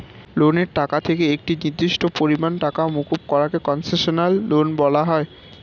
লোনের টাকা থেকে একটি নির্দিষ্ট পরিমাণ টাকা মুকুব করা কে কন্সেশনাল লোন বলা হয়